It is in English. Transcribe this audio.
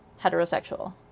heterosexual